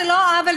זה לא עוול,